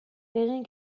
egin